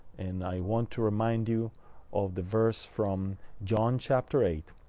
and i want to remind you of the verse from john, chapter eight.